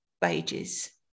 pages